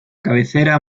cabecera